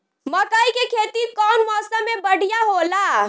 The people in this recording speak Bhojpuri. मकई के खेती कउन मौसम में बढ़िया होला?